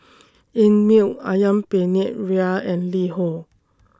Einmilk Ayam Penyet Ria and LiHo